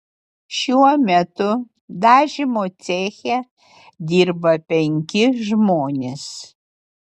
šiuo metu dažymo ceche dirba penki žmonės